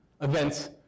events